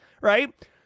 right